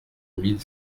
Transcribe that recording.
mille